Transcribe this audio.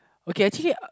okay actually